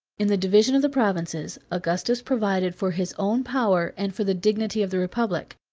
in the division of the provinces, augustus provided for his own power and for the dignity of the republic.